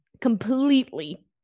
Completely